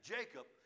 Jacob